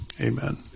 amen